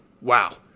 Wow